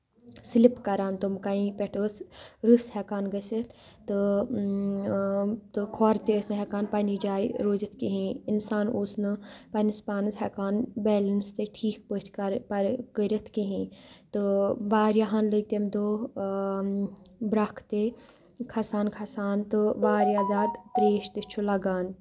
slip کَران تٕم کَنہِ پٮ۪ٹھ ٲس رٔس ہٮ۪کان گٔژھِتھ تہٕ کھۄر تہِ ٲسۍ نہٕ ہٮ۪کان پَنٕنہِ جایہِ روٗزِتھ کِہیٖنۍ اِنسان اوس نہٕ پنٕنِس پانَس ہٮ۪کان بیلَنٕس تہِ ٹھیٖک پٲٹھۍ کَر کٔرِتھ کِہیٖنۍ تہٕ واریاہَن لٔگۍ تَمہِ دۄہ برٛکھ تہِ کھَسان کھَسان تہٕ واریاہ زیادٕ ترٛیش تہِ چھُ لَگان